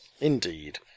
Indeed